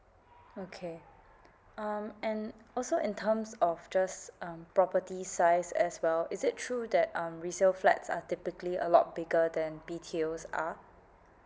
okay um and also in terms of just um property size as well is it true that um resale flats are typically a lot bigger than B_T_Os are